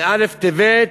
מא' בטבת,